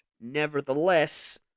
Nevertheless